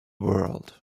world